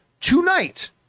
tonight